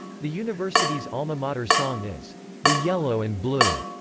the university's alma mater song is the yellow and blue.